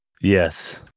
Yes